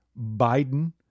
Biden